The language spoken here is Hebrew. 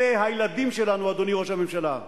אלה הילדים שלנו, אדוני ראש הממשלה.